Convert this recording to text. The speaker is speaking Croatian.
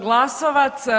Glasovac.